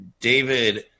david